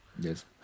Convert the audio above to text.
Yes